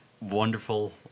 wonderful